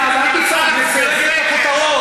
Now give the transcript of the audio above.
זה רק סקר, מפלגת הכותרות.